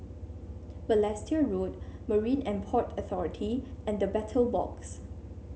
Balestier Road Marine And Port Authority and The Battle Box